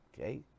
okay